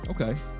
Okay